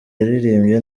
yaririmbye